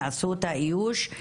יעשו את האיוש.